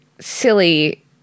silly